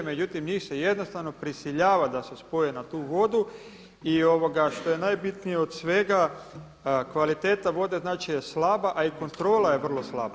Međutim njih se jednostavno prisiljava da se spoje na tu vodu i što je najbitnije od svega kvaliteta vode znači da je slaba, a i kontrola je vrlo slaba.